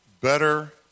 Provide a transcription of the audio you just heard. better